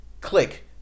click